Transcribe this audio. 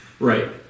Right